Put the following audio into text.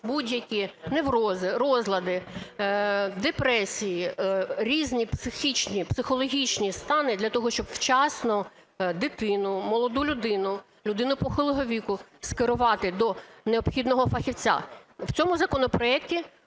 будь-які неврози, розлади, депресії, різні психічні, психологічні стани для того, щоб вчасно дитину, молоду людину, людину похилого віку скерувати до необхідного фахівця. В цьому законопроекті